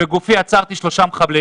שבגופי עצרתי שלושה מחבלים